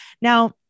Now